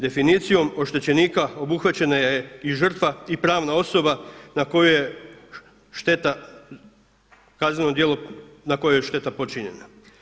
Definicijom oštećenika obuhvaćena je i žrtva i pravna osoba na koju je šteta, kazneno djelo na koje je šteta počinjena.